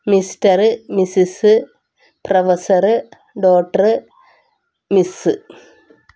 mister missis professor doctor miss